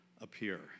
appear